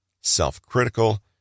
self-critical